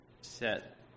...set